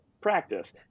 practice